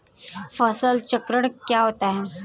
फसल चक्रण क्या होता है?